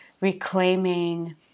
reclaiming